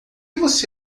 você